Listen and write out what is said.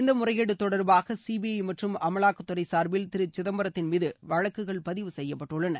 இந்த முறைகேடு தொடர்பாக சிபிஐ மற்றும் அமலாக்கத்துறை சார்பில் திரு சிதப்பரத்தின்மீது வழக்குகள் பதிவு செய்யப்பட்டுள்ளன